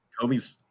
Kobe's